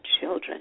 children